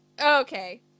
okay